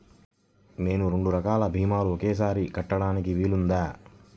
నేను రెండు రకాల భీమాలు ఒకేసారి కట్టడానికి వీలుందా?